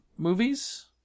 movies